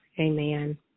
Amen